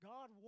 God